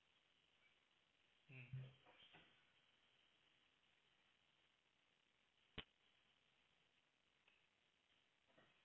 mmhmm